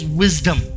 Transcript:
wisdom